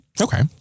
Okay